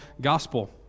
Gospel